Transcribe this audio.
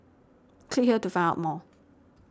click here to find out more